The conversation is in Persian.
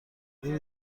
این